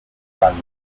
baño